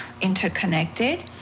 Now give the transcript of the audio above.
interconnected